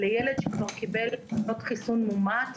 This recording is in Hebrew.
לילד שכבר קיבל חיסון מאומת.